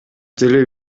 тили